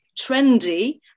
trendy